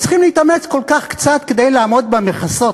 הם צריכים להתאמץ כל כך קצת כדי לעמוד במְכסות,